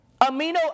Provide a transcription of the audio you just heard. amino